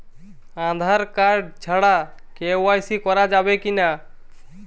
Aadhaar card ছাড়া KYC করা যাবে কি না?